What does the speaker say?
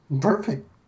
Perfect